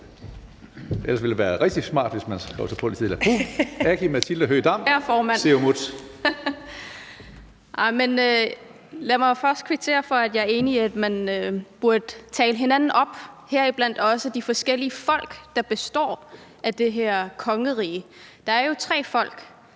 Lad mig først kvittere for det, og jeg er enig i, at man burde tale hinanden op, heriblandt også de forskellige folk, der består i det her kongerige. Der er jo tre folk,